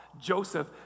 Joseph